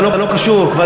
לא מצאת לנכון להתייחס.